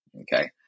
Okay